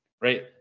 right